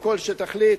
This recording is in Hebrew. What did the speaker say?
או כל מה שתחליט,